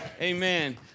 Amen